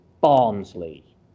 Barnsley